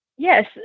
Yes